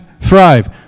thrive